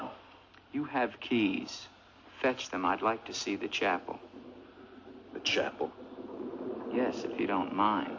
now you have keys fetch them i'd like to see the chapel the chapel yes if you don't mind